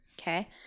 Okay